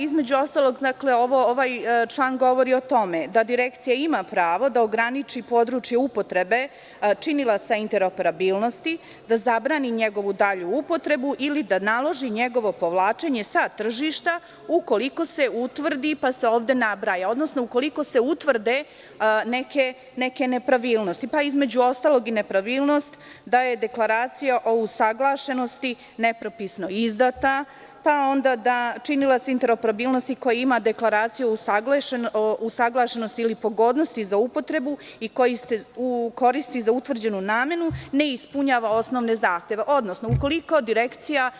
Između ostalog, ovaj član govori o tome da Direkcija ima pravo da ograniči područje upotrebe činilaca intero-perabilnosti, da zabrani njegovu dalju upotrebu ili da naloži njegovo povlačenje sa tržišta ukoliko se utvrde, pa se ovde nabraja, neke nepravilnosti, pa između ostalog i nepravilnost da je Deklaracija o usaglašenosti nepropisno izdata, da činilac interoperabilnosti ima Deklaraciju o usaglašenosti ili pogodnosti za upotrebu i koji se koristi za utvrđenu namenu ne ispunjava osnovne zahteve, odnosno ukoliko Direkcija